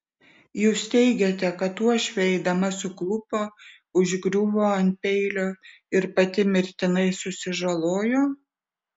jūs teigiate kad uošvė eidama suklupo užgriuvo ant peilio ir pati mirtinai susižalojo